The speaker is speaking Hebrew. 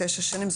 תשע שנים.